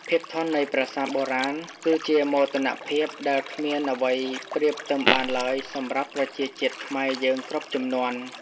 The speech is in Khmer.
ភាពធន់នៃប្រាសាទបុរាណគឺជាមោទនភាពដែលគ្មានអ្វីអាចប្រៀបផ្ទឹមបានឡើយសម្រាប់ប្រជាជាតិខ្មែរយើងគ្រប់ជំនាន់។